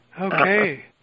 Okay